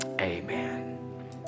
Amen